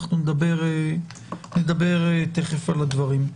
אנחנו נדבר תכף על הדברים.